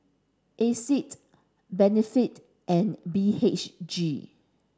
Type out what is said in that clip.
Asics Benefit and B H G